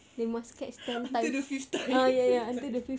after the fifth time